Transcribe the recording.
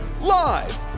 Live